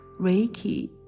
Reiki